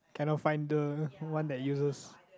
cannot find the one that uses